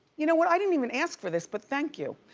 you know what, i didn't even ask for this but thank you.